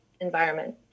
environment